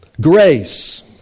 grace